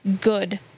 good